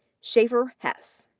shafer hess,